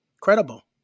credible